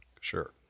Sure